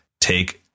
take